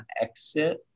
exit